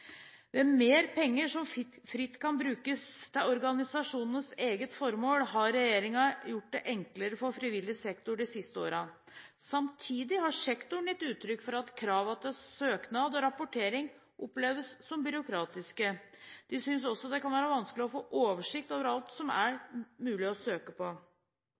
Ved mer penger som fritt kan brukes til organisasjonenes eget formål, har regjeringen gjort det enklere for frivillig sektor de siste årene. Samtidig har sektoren gitt uttrykk for at kravene til søknad og rapportering oppleves som byråkratiske. De synes også det kan være vanskelig å få oversikt over alt det er mulig å søke på.